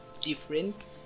different